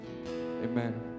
Amen